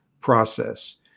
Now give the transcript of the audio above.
process